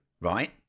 right